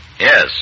Yes